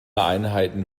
einheiten